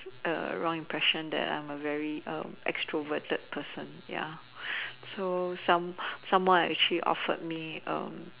wrong impression that I'm a very extroverted person ya so some someone actually offered me